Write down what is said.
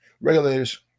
regulators